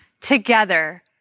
Together